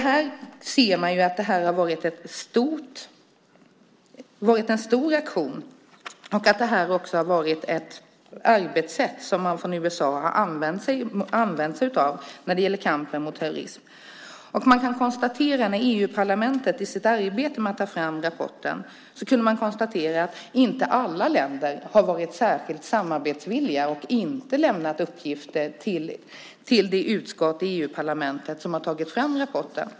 Man ser att det här har varit en stor aktion och att det också har varit ett arbetssätt som man från USA har använt sig av i kampen mot terrorism. EU-parlamentet kunde i sitt arbete med att fram rapporten konstatera att inte alla länder har varit särskilt samarbetsvilliga. Alla har inte lämnat uppgifter till det utskott i EU-parlamentet som har tagit fram rapporten.